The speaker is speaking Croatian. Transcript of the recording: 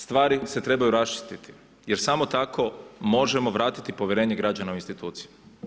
Stvari se trebaju raščistiti jer samo tako možemo vratiti povjerenje građana u institucije.